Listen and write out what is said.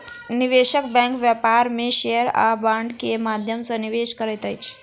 निवेशक बैंक व्यापार में शेयर आ बांड के माध्यम सॅ निवेश करैत अछि